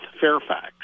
Fairfax